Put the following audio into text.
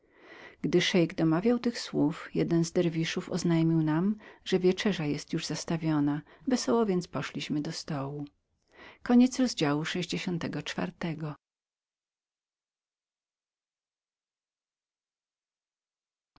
gdy szeik domawiał tych słów jeden z derwiszów oznajmił nam że wieczerza była już zastawioną wesoło więc poszliśmy do stołu